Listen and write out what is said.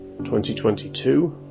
2022